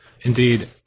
indeed